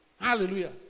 Hallelujah